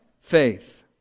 faith